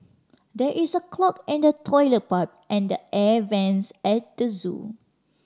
there is a clog in the toilet pipe and the air vents at the zoo